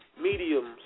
mediums